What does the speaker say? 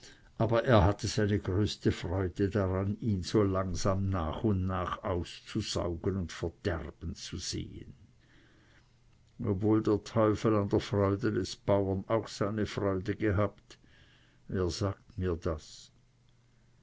aber er hatte seine größte freude daran ihn so langsam nach und nach auszusaugen und verderben zu sehen ob wohl der teufel an der freude des bauern auch seine freude gehabt wer sagt mir das